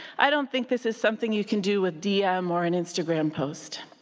i don't think this is something you can do with dm or an instagram post.